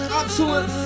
absolute